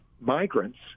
migrants